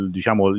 Diciamo